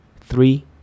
three